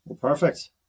Perfect